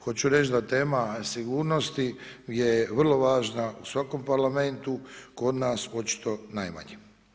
Hoću reć, da tema sigurnosti je vrlo važna u svakom Parlamentu, kod nas očito najmanji.